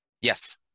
yes